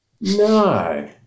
no